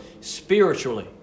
spiritually